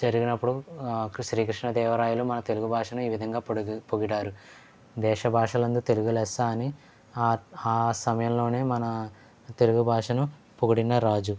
జరిగినప్పుడు శ్రీకృష్ణదేవరాయలు మన తెలుగు భాషను ఈ విధంగా పొడి పొగిడారు దేశ భాషలందు తెలుగు లెస్స అని ఆ సమయంలోనే మన తెలుగు భాషను పొగిడిన రాజు